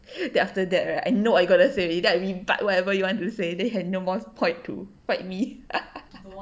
then after that right I know I gotta say that we bite whatever you want to say then had no more point to fight me